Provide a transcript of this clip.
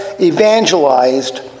evangelized